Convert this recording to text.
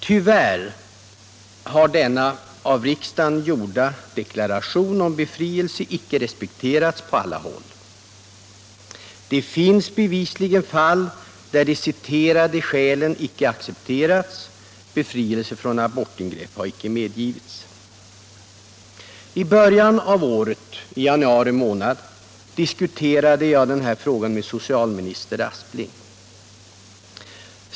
Tyvärr har denna av riksdagen gjorda deklaration om befrielse icke respekterats på alla håll. Det finns bevisligen fall där de citerade skälen icke accepterats; befrielse från deltagande i abortingrepp har icke medgivits. I början av året — i januari månad — diskuterade jag den här frågan med socialminister Aspling.